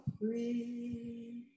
free